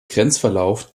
grenzverlauf